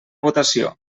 votació